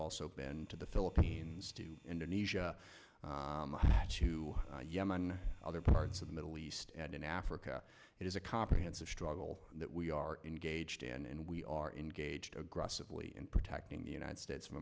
also been to the philippines to indonesia to yemen other parts of the middle east and in africa it is a comprehensive struggle that we are engaged in and we are engaged aggressively in protecting the united states of